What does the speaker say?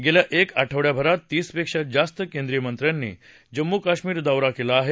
गेल्या एक आठ्वडाभरात तीसपेक्षा जास्त केंद्रीयमंत्र्यांनी जम्मू कश्मीर दौरा केला आहे